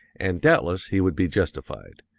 and doubtless he would be justified,